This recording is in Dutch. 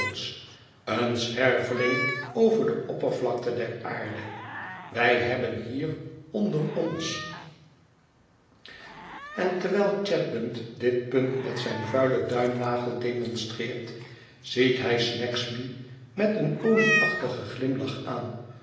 een zwerveling over de oppervlakte der aarde wij hebben hier onder ons en terwijl chadband dit punt met zijn vuilen duimnagel demonstreert ziet hij snagsby met een olieachtigen glimlach aan